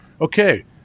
Okay